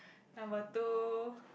number two